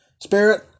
Spirit